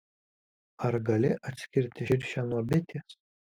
ar gali atskirti širšę nuo bitės